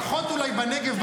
פחות אולי בנגב,